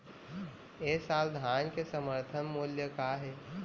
ए साल धान के समर्थन मूल्य का हे?